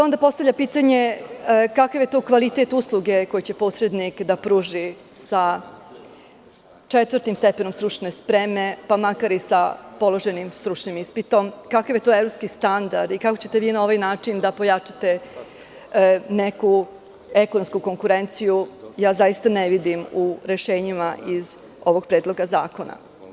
Onda se postavlja pitanje – kakav je to kvalitet usluge koji će posrednik da pruži sa četvrtim stepenom stručne spreme, pa makar i sa položenim stručnim ispitom, kakav je to evropski standard i kako ćete vi na ovaj način da pojačate neku ekonomsku konkurenciju, ja zaista ne vidim u rešenjima iz ovog predloga zakona.